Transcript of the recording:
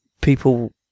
People